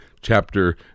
chapter